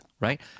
right